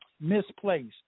misplaced